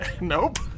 Nope